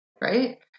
Right